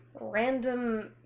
random